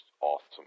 awesome